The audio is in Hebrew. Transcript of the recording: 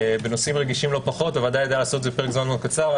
בנושאים רגישים לא פחות הוועדה ידעה לעשות את זה בפרק זמן מאוד קצר.